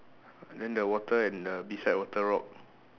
and then the water and the beside water rock